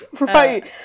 Right